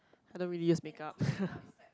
I don't really use make up